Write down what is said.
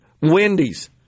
Wendy's